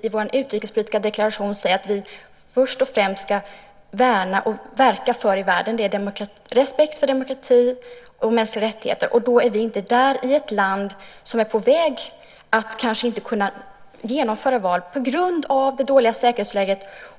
I vår utrikespolitiska deklaration säger vi att det vi först och främst ska värna och verka för i världen är respekt för demokrati och mänskliga rättigheter. Då är vi inte på plats i ett land som kanske inte kan genomföra val på grund av det dåliga säkerhetsläget.